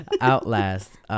Outlast